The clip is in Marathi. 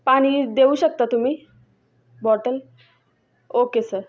पाणी देऊ शकता तुम्ही बॉटल ओके सर